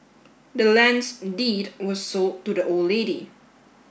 the land's deed was sold to the old lady